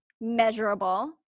measurable